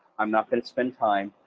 i'm not going to spend time,